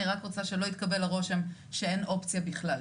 אני רק רוצה שלא יתקבל הרושם שאין אופציה בכלל.